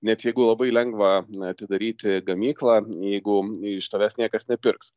net jeigu labai lengva atidaryti gamyklą jeigu iš tavęs niekas nepirks